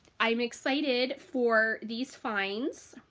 i'm excited for these finds.